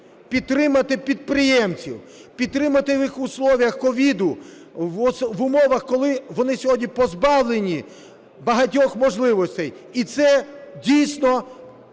підтримати підприємців, підтримати в умовах COVID, в умовах, коли вони сьогодні позбавлені багатьох можливостей. І це дійсно